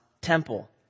temple